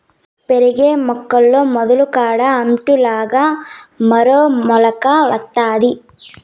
పెరిగే మొక్కల్లో మొదలు కాడ అంటు లాగా మరో మొలక వత్తాది